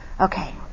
Okay